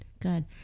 Good